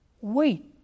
Wait